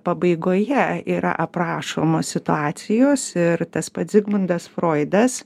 pabaigoje yra aprašoma situacijos ir tas pats zigmundas froidas